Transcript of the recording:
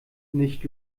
nicht